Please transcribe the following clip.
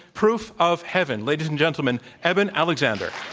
proof of heaven. ladies and gentlemen, eben alexander.